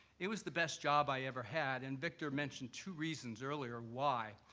it was the best job i ever had, and victor mentioned two reasons earlier why.